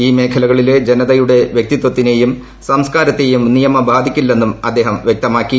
ഈ മേഖലകളിലെ ജനതയുടെ പ്രൂക്തിത്വത്തിനേയും സംസ്കാരത്തേയും നിയമം ബാധിക്കില്ലെന്നും അദ്ദേഹം വ്യക്തമാക്കി